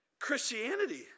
Christianity